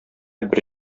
бер